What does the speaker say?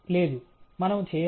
లేదు మనము చేయము